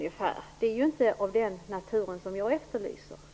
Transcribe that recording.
Det är inte en analys av den naturen som jag efterlyser.